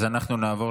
אז אנחנו נעבור